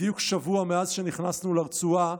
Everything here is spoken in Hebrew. בדיוק שבוע מאז שנכנסנו לרצועה,